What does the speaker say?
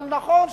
נכון,